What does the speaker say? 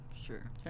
Sure